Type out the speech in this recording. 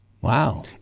Wow